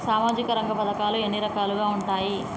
సామాజిక రంగ పథకాలు ఎన్ని రకాలుగా ఉంటాయి?